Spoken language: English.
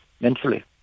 mentally